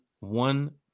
One